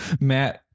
Matt